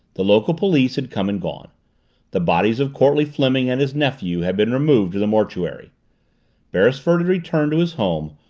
the local police had come and gone the bodies of courtleigh fleming and his nephew had been removed to the mortuary beresford had returned to his home,